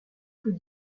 plus